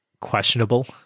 questionable